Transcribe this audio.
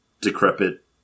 decrepit